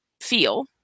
feel